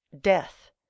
death